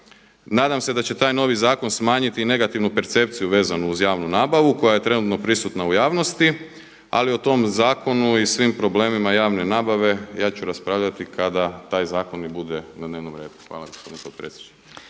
Nadam se da će taj novi zakon smanjiti i negativnu percepciju vezanu uz javnu nabavu koja je trenutno pristupna u javnosti ali o tom zakonu i svim problemima javne nabave ja ću raspravljati kada taj zakon i bude na dnevnom redu. Hvala gospodine potpredsjedniče.